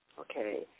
Okay